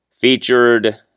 featured